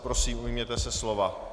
Prosím, ujměte se slova.